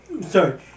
Sorry